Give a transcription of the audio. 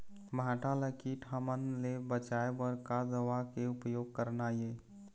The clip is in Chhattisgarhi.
भांटा ला कीट हमन ले बचाए बर का दवा के उपयोग करना ये?